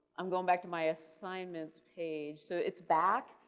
i'm going back to my assignments page, so it's back.